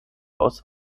aus